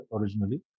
originally